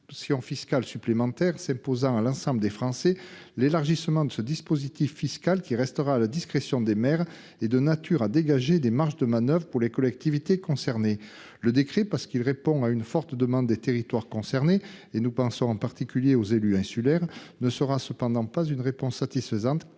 une pression fiscale supplémentaire s'imposant à l'ensemble des Français, l'élargissement de ce dispositif fiscal, qui restera à la discrétion des maires, est de nature à dégager des marges de manoeuvre pour les collectivités concernées. Le décret, qui répond à une forte demande de nombreux élus- nous pensons en particulier aux élus insulaires -, ne sera cependant une réponse satisfaisante